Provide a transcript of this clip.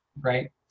right